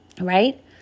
Right